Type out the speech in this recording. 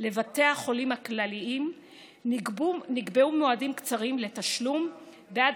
לבתי החולים הכלליים נקבעו מועדים קצרים לתשלום בעד